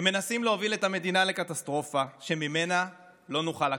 הם מנסים להוביל את המדינה לקטסטרופה שממנה לא נוכל לקום.